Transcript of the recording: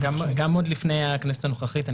גם עוד לפני הכנסת הנוכחית,